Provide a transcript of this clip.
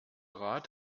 rat